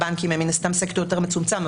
הבנקים הם מן הסתם סקטור יותר מצומצם,